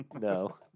no